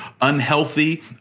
unhealthy